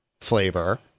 flavor